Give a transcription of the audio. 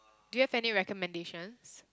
do you have any recommendations